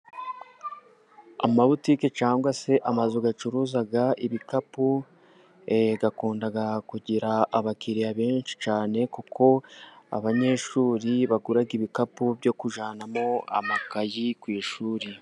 Amabutike cyangwa se amazu acuruza ibikapu, akunda kugira abakiriya benshi cyane kuko abanyeshuri bagura ibikapu byo kujyanamo amakayi ku ishuri.